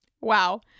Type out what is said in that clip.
Wow